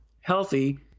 healthy